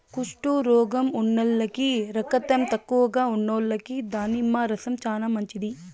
కుష్టు రోగం ఉన్నోల్లకి, రకతం తక్కువగా ఉన్నోల్లకి దానిమ్మ రసం చానా మంచిది